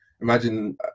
Imagine